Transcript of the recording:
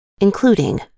including